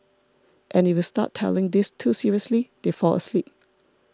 and if you start telling this too seriously they fall asleep